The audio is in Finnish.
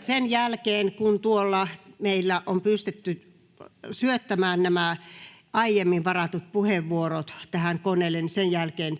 sen jälkeen, kun on pystytty syöttämään nämä aiemmin varatut puheenvuorot tähän koneelle,